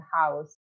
house